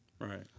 Right